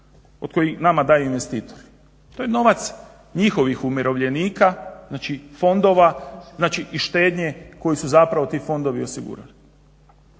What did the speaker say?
koji nama daju investitori? To je novac njihovih umirovljenika, znači fondova i štednje koju su ti fondovi osigurali.